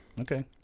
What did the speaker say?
okay